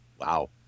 Wow